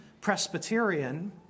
Presbyterian